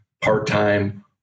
part-time